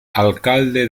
alcalde